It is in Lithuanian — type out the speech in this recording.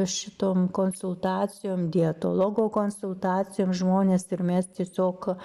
šitom konsultacijom dietologo konsultacijom žmonės ir mes tiesiog